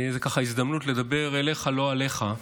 זו ככה הזדמנות לדבר אליך, לא עליך,